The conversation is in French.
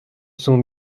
sont